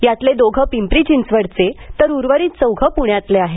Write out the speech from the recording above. यातले दोघे पिंपरी चिंचवडचे तर उर्वरीत चौघे पूण्यातले आहेत